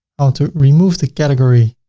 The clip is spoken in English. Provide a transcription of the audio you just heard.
ah to remove the category